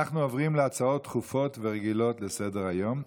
אנחנו עוברים להצעות דחופות ורגילות לסדר-היום.